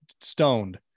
Stoned